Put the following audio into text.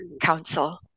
Council